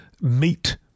meet